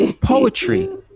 Poetry